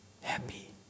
happy